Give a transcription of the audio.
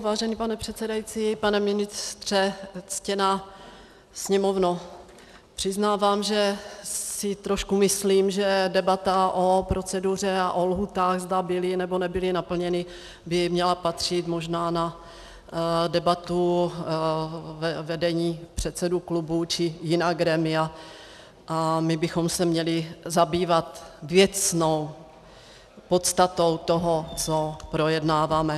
Vážený pane předsedající, pane ministře, ctěná Sněmovno, přiznávám, že si trošku myslím, že debata o proceduře a o lhůtách, zda byly, nebo nebyly naplněny, by měla patřit možná na debatu vedení předsedů klubů či jiná grémia a my bychom se měli zabývat věcnou podstatou toho, co projednáváme.